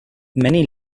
many